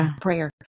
prayer